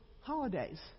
holidays